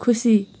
खुसी